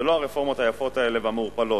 זה לא הרפורמות היפות האלה והמעורפלות.